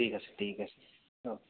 ঠিক আছে ঠিক আছে অ'ক